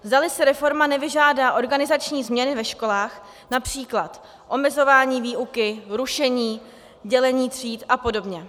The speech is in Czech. Zdali si reforma nevyžádá organizační změny ve školách, například omezování výuky, rušení, dělení tříd a podobně.